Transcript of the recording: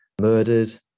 murdered